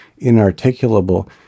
inarticulable